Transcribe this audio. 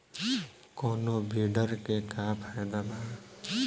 कौनो वीडर के का फायदा बा?